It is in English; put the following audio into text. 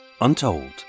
untold